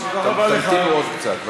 תמתינו עוד קצת.